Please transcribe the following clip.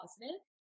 positive